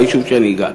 ביישוב שאני גר.